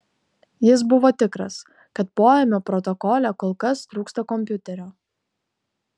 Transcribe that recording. jis buvo tikras kad poėmio protokole kol kas trūksta kompiuterio